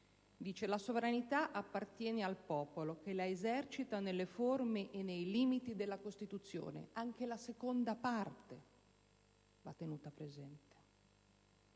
«La sovranità appartiene al popolo, che la esercita nelle forme e nei limiti della Costituzione». Anche la seconda parte del comma va tenuta presente.